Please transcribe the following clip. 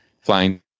flying